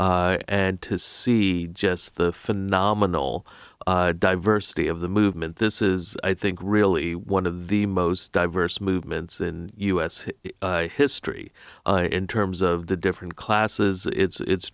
and to see just the phenomenal diversity of the movement this is i think really one of the most diverse movements in u s history in terms of the different classes it's